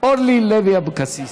אורלי לוי אבקסיס.